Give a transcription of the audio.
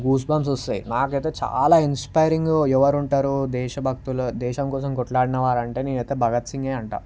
goosebumps వస్తాయి నాకైతే చాలా ఇన్స్పైరింగ్ ఎవరు ఉంటారు దేశభక్తులు దేశం కోసం కొట్లాడిన వారు అంటే నేనైతే భగత్ సింగే అంట